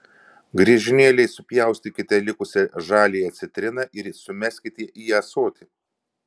griežinėliais supjaustykite likusią žaliąją citriną ir sumeskite į ąsotį